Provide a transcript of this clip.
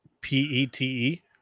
P-E-T-E